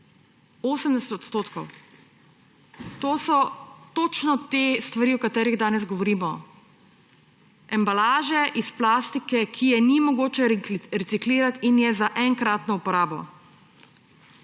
80 odstotkov! To so točno te stvari, o katerih danes govorimo – embalaža iz plastike, ki je ni mogoče reciklirat in je za enkratno uporabo.